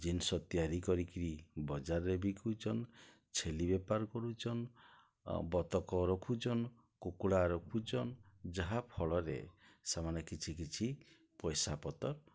ଜିନିଷ ତିଆରି କରିକିରି ବଜାର୍ରେ ବିକୁଚନ୍ ଛେଲି ବେପାର୍ କରୁଚନ୍ ଆଉ ବତକ ରଖୁଚନ୍ କୁକୁଡ଼ା ରଖୁଚନ୍ ଯାହା ଫଳରେ ସେମାନେ କିଛି କିଛି ପଏସାପତର୍